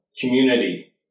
community